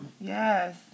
yes